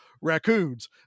raccoons